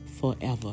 forever